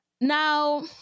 Now